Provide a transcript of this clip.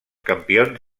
campions